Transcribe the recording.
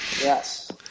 Yes